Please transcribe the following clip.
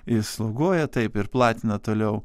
jis sloguoja taip ir platina toliau